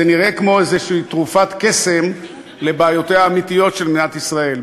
זה נראה כמו איזושהי תרופת קסם לבעיותיה האמיתיות של מדינת ישראל,